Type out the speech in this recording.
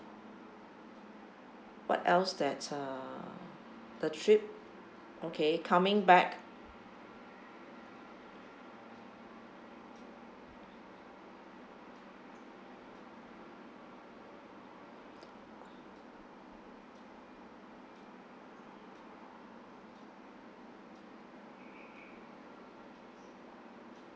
what else that uh the trip okay coming back